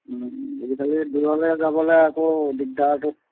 আজিকালি দূৰলৈ যাবলৈ আকৌ দিগদাৰতো